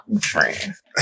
Friends